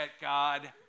God